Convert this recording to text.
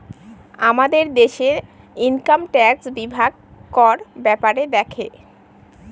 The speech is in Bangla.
আমাদের দেশে ইনকাম ট্যাক্স বিভাগ কর ব্যাপারে দেখে